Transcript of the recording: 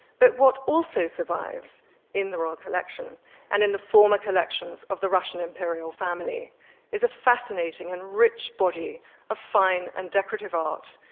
but what also survives in the royal collection and in the former collections of the russian imperial family is a fascinating and rich body of fine and decorative art,